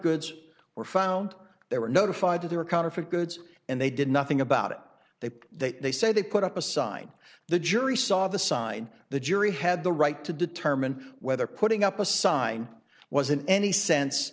goods were found they were notified that they were counterfeit goods and they did nothing about it they they they say they put up a sign the jury saw the sign the jury had the right to determine whether putting up a sign was in any sense